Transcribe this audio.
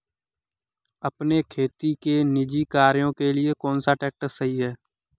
अपने खेती के निजी कार्यों के लिए कौन सा ट्रैक्टर सही है?